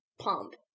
pump